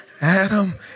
Adam